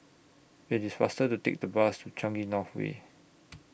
IT IS faster to Take The Bus to Changi North Way